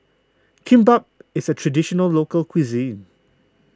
Kimbap is a Traditional Local Cuisine